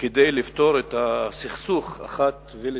כדי לפתור את הסכסוך אחת ולתמיד,